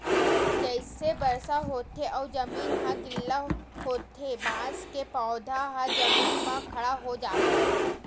जइसे बरसा होथे अउ जमीन ह गिल्ला होथे बांस के पउधा ह जमीन म खड़ा हो जाथे